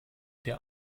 der